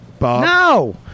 No